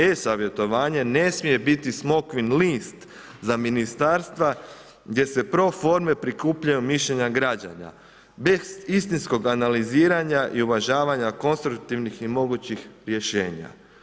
E-savjetovanje ne smije biti smokvin list za ministarstva gdje se pro forme prikupljanju mišljenje građana, bez istinskog analiziranja i uvažavanja konstruktivnih i mogućih rješenja.